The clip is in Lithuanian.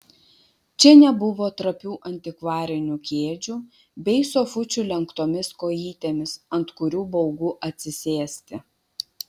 čia nebuvo trapių antikvarinių kėdžių bei sofučių lenktomis kojytėmis ant kurių baugu atsisėsti